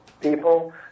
people